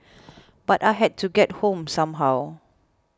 but I had to get home somehow